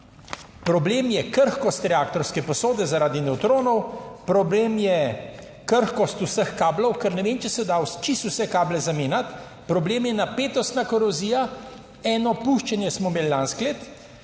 Problem je krhkost reaktorske posode zaradi nevtronov, problem je krhkost vseh kablov, ker ne vem, če se da čisto vse kable zamenjati, problem je napetostna korozija, eno puščanje smo imeli lansko leto